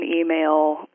email